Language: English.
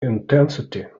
intensity